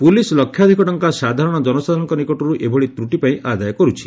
police ଲକ୍ଷାଧିକ ଟଙ୍କା ସାଧାରଣ ଜନସାଧାରଣଙ୍କ ନିକଟରୁ ଏଭଳି ତ୍ରଟି ପାଇଁ ଆଦାୟ କରୁଛି